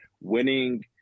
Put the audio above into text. winning